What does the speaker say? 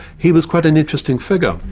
he was quite an interesting figure.